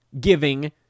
giving